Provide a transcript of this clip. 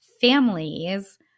families